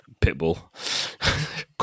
Pitbull